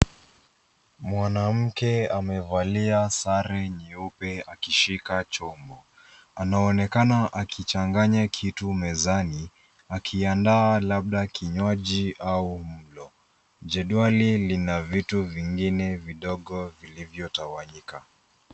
Mwanamke amevalia sare nyeupe akishika chombo. Anaonekana akichanganya kitu mezani ,akiandaa labda kinywaji au mlo. Jedwali lina vitu vingine vidogo vilivyotawanyika.